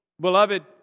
beloved